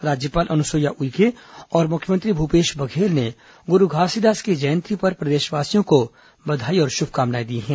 राज्यपाल अनुसुईया उइके और मुख्यमंत्री भूपेश बघेल ने गुरू घासीदास की जयंती पर प्रदेशवासियों को बधाई और शुभकामनाएं दी हैं